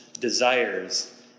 desires